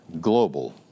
global